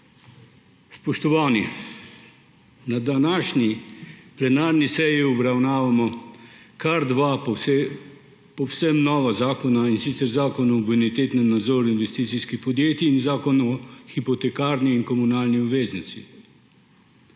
Spoštovani! Na današnji plenarni seji obravnavamo kar dva povsem nova zakona, in sicer zakon o bonitetnem nadzoru investicijskih podjetij in zakon o hipotekarni in komunalni obveznici.